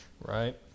right